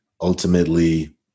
Ultimately